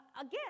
Again